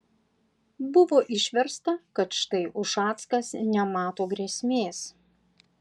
buvo išversta kad štai ušackas nemato grėsmės